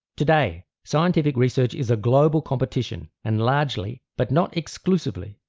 today, scientific research is a global competition and largely, but not exclusively,